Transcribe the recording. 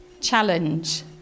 challenge